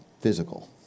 physical